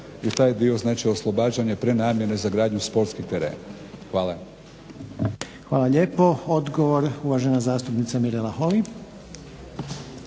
i taj dio znači oslobađanje prenamjene za gradnju sportskih terena. Hvala. **Reiner, Željko (HDZ)** Hvala lijepo. Odgovor uvažena zastupnica Mirela Holy.